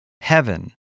heaven